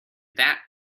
that